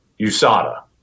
USADA